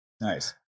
Nice